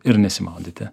ir nesimaudyti